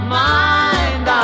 mind